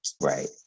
right